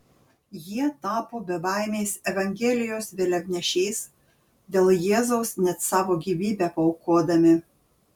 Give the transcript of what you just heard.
jie tapo bebaimiais evangelijos vėliavnešiais dėl jėzaus net savo gyvybę paaukodami